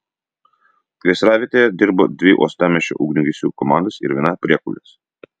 gaisravietėje dirbo dvi uostamiesčio ugniagesių komandos ir viena priekulės